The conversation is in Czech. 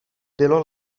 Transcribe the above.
bylo